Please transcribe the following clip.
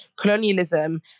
colonialism